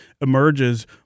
emerges